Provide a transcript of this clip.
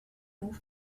vous